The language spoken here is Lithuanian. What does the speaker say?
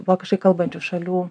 vokiškai kalbančių šalių